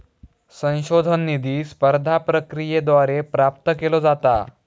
संशोधन निधी स्पर्धा प्रक्रियेद्वारे प्राप्त केलो जाता